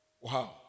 Wow